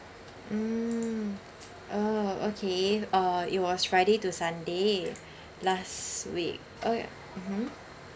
mm orh okay uh it was friday to sunday last week oh ya mmhmm